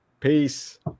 Peace